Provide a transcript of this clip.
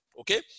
Okay